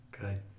Good